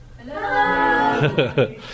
hello